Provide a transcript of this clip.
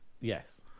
yes